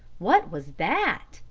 what was that?